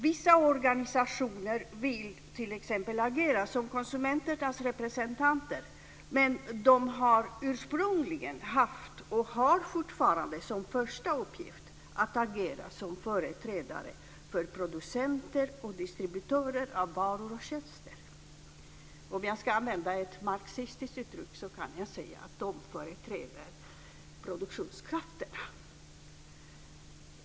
Vissa organisationer vill t.ex. agera som konsumenternas representanter, men de har ursprungligen haft och har fortfarande som första uppgift att agera som företrädare för producenter och distributörer av varor och tjänster. Om jag ska använda ett marxistiskt uttryck kan jag säga att de företräder produktionskrafterna.